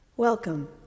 Welcome